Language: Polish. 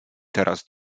teraz